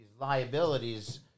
liabilities